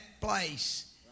place